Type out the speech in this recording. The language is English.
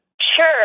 Sure